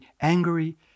angry